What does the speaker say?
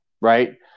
Right